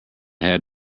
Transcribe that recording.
had